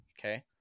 Okay